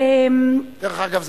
דרך אגב,